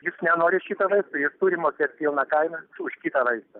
jis nenori šito vaisto jis turi mokėti pilną kainą už kitą vaistą